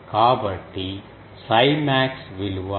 కాబట్టి 𝜓 max విలువ 𝜋 2 అవుతుంది